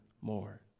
more